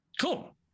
Cool